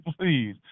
Please